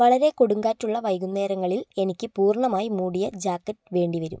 വളരെ കൊടുങ്കാറ്റുള്ള വൈകുന്നേരങ്ങളിൽ എനിക്ക് പൂർണ്ണമായി മൂടിയ ജാക്കറ്റ് വേണ്ടിവരും